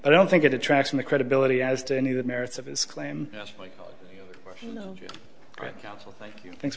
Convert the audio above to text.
but i don't think it attracts my credibility as to any of the merits of his claim that things